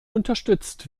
unterstützt